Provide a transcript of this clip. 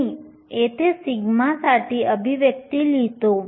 मी येथे सिग्मासाठी अभिव्यक्ती लिहितो